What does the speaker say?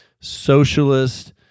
socialist